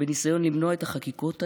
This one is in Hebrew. בניסיון למנוע את החקיקות האלה,